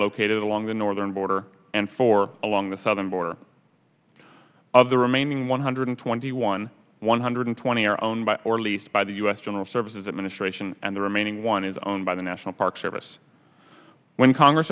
located along the northern border and for along the southern border of the remaining one hundred twenty one one hundred twenty are owned by or leased by the us general services administration and the remaining one is owned by the national park service when congress